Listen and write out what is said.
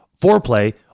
foreplay